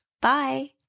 Bye